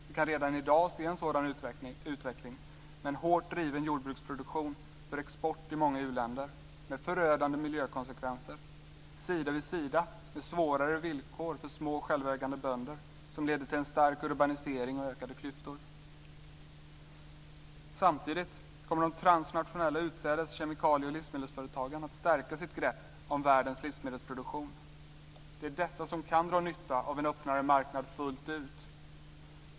Vi kan redan i dag se en sådan utveckling med en hårt driven jordbruksproduktion för export i många u-länder med förödande miljökonsekvenser, sida vid sida med svårare villkor för små självägande bönder som leder till en stark urbanisering och ökade klyftor. Samtidigt kommer de transnationella utsädes-, kemikalie och livsmedelsföretagen att stärka sitt grepp om världens livsmedelsproduktion. Det är dessa som kan dra nytta av en öppnare marknad fullt ut.